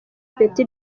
ipeti